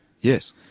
Yes